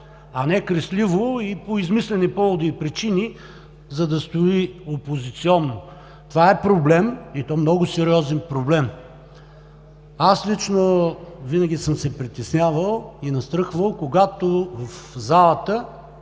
а не кресливо и по измислени поводи и причини, за да стои опозиционно. Това е проблем и то много сериозен. Лично аз винаги съм се притеснявал и настръхвам, когато в залата